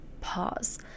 pause